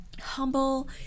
humble